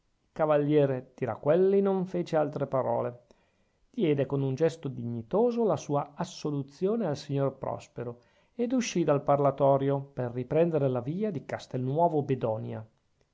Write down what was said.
cavaliere tiraquelli non fece altre parole diede con un gesto dignitoso la sua assoluzione al signor prospero ed usci dal parlatorio per riprendere la via di castelnuovo bedonia